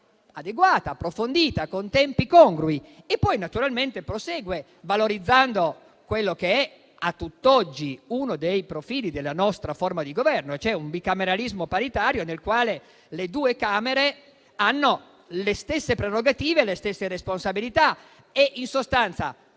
adeguata, approfondita e con tempi congrui. Prosegue poi valorizzando quello che, a tutt'oggi, è uno dei profili della nostra forma di governo, ossia un bicameralismo paritario nel quale le due Camere hanno le stesse prerogative e responsabilità. In sostanza,